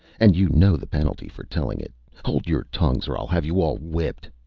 and you know the penalty for telling it. hold your tongues, or i'll have you all whipped.